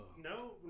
No